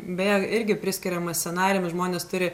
beje irgi priskiriama scenarijam žmonės turi